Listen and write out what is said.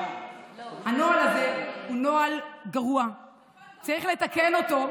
הנוהל הזה הוא נוהל גרוע וצריך לתקן אותו,